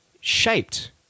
shaped